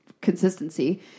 consistency